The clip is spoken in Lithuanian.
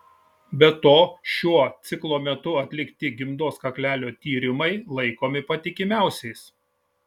be to šiuo ciklo metu atlikti gimdos kaklelio tyrimai laikomi patikimiausiais